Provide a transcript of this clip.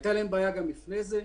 היתה להן בעיה גם לפני זה,